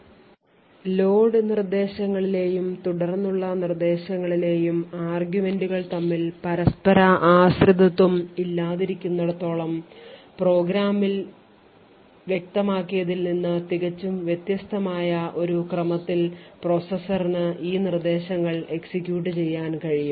load നിർദ്ദേശങ്ങളിലെയും തുടർന്നുള്ള നിർദ്ദേശങ്ങളിലെയും ആർഗ്യുമെന്റുകൾ തമ്മിൽ പരപരസ്പര ആശ്രിതത്വം ഇല്ലാതിരിക്കുന്നന്നിടത്തോളം പ്രോഗ്രാമിൽ വ്യക്തമാക്കിയതിൽ നിന്ന് തികച്ചും വ്യത്യസ്തമായ ഒരു ക്രമത്തിൽ പ്രോസസ്സറിന് ഈ നിർദ്ദേശങ്ങൾ execute ചെയ്യാൻ കഴിയും